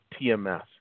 TMS